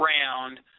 round